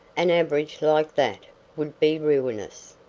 an average like that would be ruinous.